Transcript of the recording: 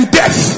death